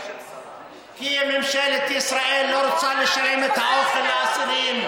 כי ממשלת ישראל לא רוצה לשלם על האוכל לאסירים.